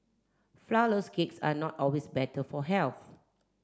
flourless cakes are not always better for health